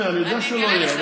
אני יודע שלא יהיה.